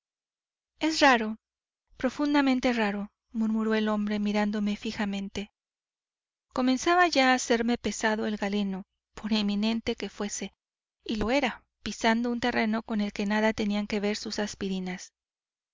es raro profundamente raro murmuró el hombre mirándome fijamente comenzaba ya a serme pesado el galeno por eminente que fuese y lo era pisando un terreno con el que nada tenían que ver sus aspirinas